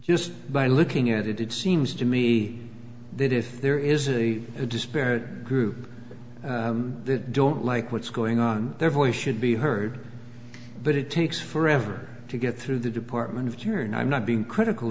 just by looking at it it seems to me that if there is a disparate group that don't like what's going on their voice should be heard but it takes forever to get through the department of jury and i'm not being critical